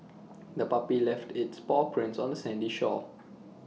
the puppy left its paw prints on the sandy shore